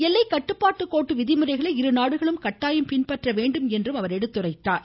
எல்லைக்கட்டுப்பாட்டு கோட்டு விதிமுறைகளை இரு நாடுகளும் கட்டாயம் பின்பற்ற வேண்டும் என்றும் அவர் எடுத்துரைத்தார்